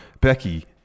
Becky